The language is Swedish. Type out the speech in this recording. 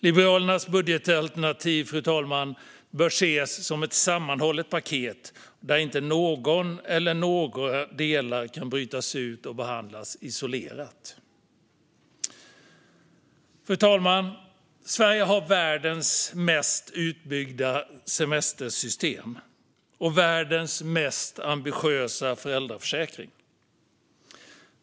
Liberalernas budgetalternativ, fru talman, bör ses som ett sammanhållet paket där inte någon eller några delar kan brytas ut och behandlas isolerat. Fru talman! Sverige har världens mest utbyggda semestersystem och världens mest ambitiösa föräldraförsäkring.